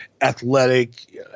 athletic